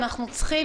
אנחנו צריכים,